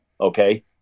Okay